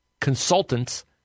consultants